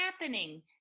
happening